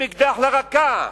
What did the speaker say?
עם אקדח לרקה?